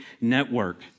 network